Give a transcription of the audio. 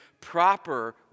proper